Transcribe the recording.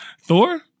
Thor